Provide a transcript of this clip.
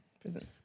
prison